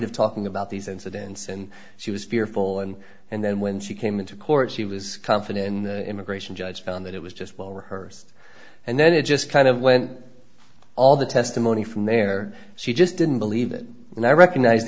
of talking about these incidents and she was fearful and and then when she came into court she was confident in the immigration judge found that it was just well rehearsed and then it just kind of went all the testimony from there she just didn't believe it and i recognize